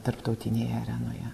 tarptautinėje arenoje